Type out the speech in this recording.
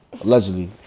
allegedly